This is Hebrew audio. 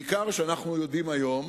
בעיקר שאנחנו יודעים היום